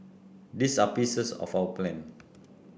these are pieces of our plan